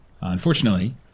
Unfortunately